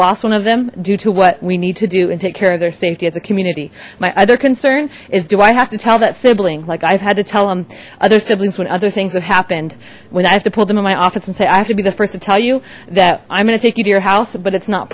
lost one of them due to what we need to do and take care of their safety as a community my other concern is do i have to tell that sibling like i've had to tell them other siblings when other things that happened when i have to pull them in my office and say i have to be the first to tell you that i'm gonna take you to your house but it's not